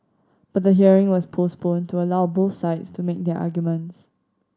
but the hearing was postponed to allow both sides to make their arguments